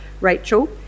Rachel